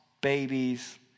babies